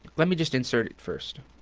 let me just insert it first.